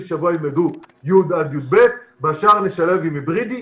שבוע י' עד י"ב והשאר נשלב עם היברידי.